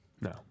No